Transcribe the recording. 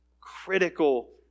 critical